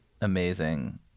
amazing